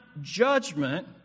judgment